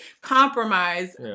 compromise